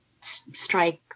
strike